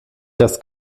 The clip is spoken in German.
das